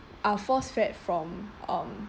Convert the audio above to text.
uh force fed from um